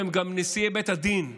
הם גם נשיאי בתי הדין הרבניים.